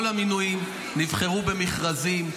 כל המינויים נבחרו במכרזים.